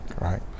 right